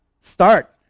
Start